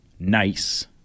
Nice